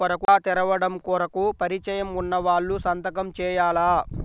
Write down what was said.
ఖాతా తెరవడం కొరకు పరిచయము వున్నవాళ్లు సంతకము చేయాలా?